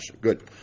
Good